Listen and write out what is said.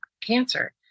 cancer